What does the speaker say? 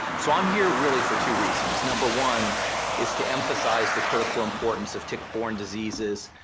so i'm here really for two reasons. number one is to emphasize the critical importance of tick-borne diseases,